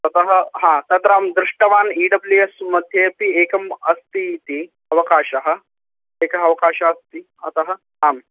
ततः हा तत्र अहं दृष्टवान् इ डब्ल्यू एस् मध्येऽपि एकम् अस्तीति अवकाशः एकः अवकाशः अस्ति अतः आम्